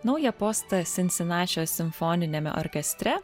naują postą sinsinačio simfoniniame orkestre